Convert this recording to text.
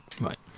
Right